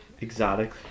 exotic